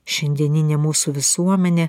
šiandieninė mūsų visuomenė